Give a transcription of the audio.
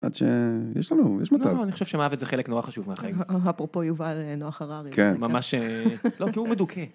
עד שיש לנו, יש מצב, אני חושב שמוות זה חלק נורא חשוב מהחיים אפרופו יובל נוח הררי ממש תיאור מדוכא.